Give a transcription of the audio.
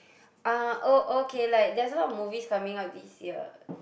uh oh okay like there's a lot of movies coming out this year